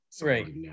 Right